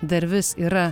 dar vis yra